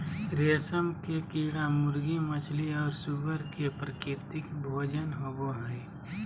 रेशम के कीड़ा मुर्गी, मछली और सूअर के प्राकृतिक भोजन होबा हइ